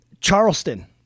Charleston